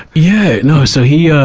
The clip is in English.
yeah. no, so he, ah,